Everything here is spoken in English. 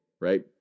right